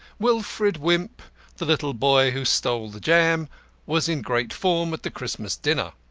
wilfred wimp the little boy who stole the jam was in great form at the christmas dinner.